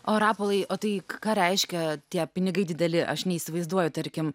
o rapolai o tai ką reiškia tie pinigai dideli aš neįsivaizduoju tarkim